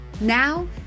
Now